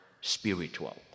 spiritual